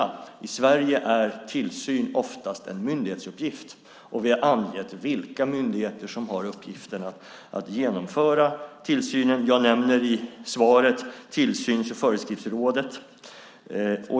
I Sverige är tillsyn oftast en myndighetsuppgift. Vi har angett vilka myndigheter som har uppgiften att genomföra tillsynen. I svaret nämner jag Tillsyns och föreskriftsrådet.